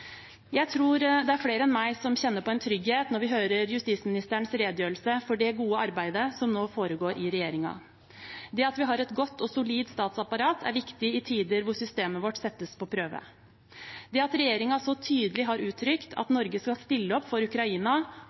Jeg tror det er flere enn meg som kjenner på en trygghet når vi hører justisministerens redegjørelse for det gode arbeidet som nå foregår i regjeringen. Det at vi har et godt og solid statsapparat, er viktig i tider hvor systemet vårt settes på prøve. Det at regjeringen så tydelig har uttrykt at Norge skal stille opp for Ukraina,